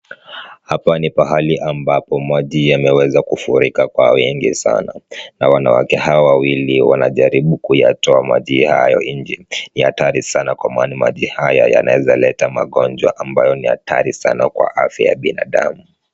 Hapa ni pahali ambapo maji yameweza kufurika kwa wingi sana na wanawake hawa wawili wanajaribu kuyatoa maji hayo nje. Ni hatari sana kwa maana maji hayo yanaweza kuleta magonjwa ambayo ni hatari sana kwa afya ya binadamu.